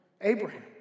Abraham